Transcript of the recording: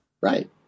Right